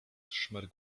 szmer